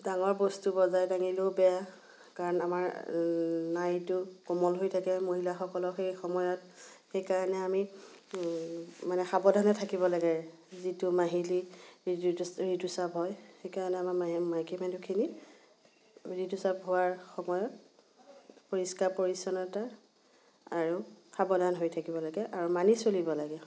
ডাঙৰ বস্তু বজাই দাঙিলেও বেয়া কাৰণ আমাৰ নাড়ীটো কোমল হৈ থাকে মহিলাসকলৰ সেই সময়ত সেইকাৰণে আমি মানে সাৱধানে থাকিব লাগে যিটো মাহিলী যিটো ঋতুস্ৰাৱ হয় সেইকাৰণে আমাৰ মাহে আমি মাইকী মানুহখিনি ঋতুস্ৰাৱ হোৱাৰ সময়ত পৰিষ্কাৰ পৰিচ্ছন্নতা আৰু সাৱধান হৈ থাকিব লাগে আৰু মানি চলিব লাগে